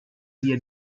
via